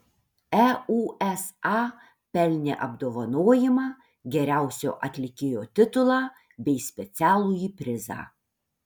eusa pelnė apdovanojimą geriausio atlikėjo titulą bei specialųjį prizą